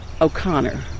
O'Connor